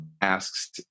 asks